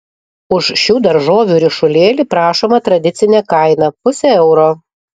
už šių daržovių ryšulėlį prašoma tradicinė kaina pusė euro